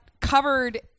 covered